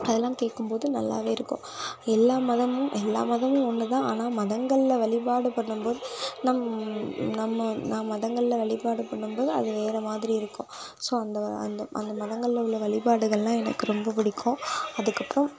அதெலாம் கேட்கும் போது நல்லா இருக்கும் எல்லாம் மதமும் எல்லாம் மதமும் ஒன்று தான் ஆனால் மதங்களில் வழிபாடு பண்ணும் போது நம் நம்ம நாம் மதங்களில் வழிபாடு பண்ணும் போது அது வேறு மாதிரி இருக்கும் ஸோ அந்த வா அந்த அந்த மதங்களில் உள்ள வழிபாடுகள்லாம் எனக்கு ரொம்ப பிடிக்கும் அதுக்கப்றம்